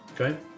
Okay